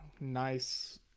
nice